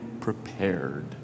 prepared